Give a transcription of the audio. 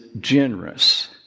generous